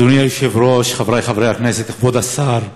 אדוני היושב-ראש, חברי חברי הכנסת, כבוד השר,